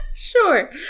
Sure